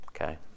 Okay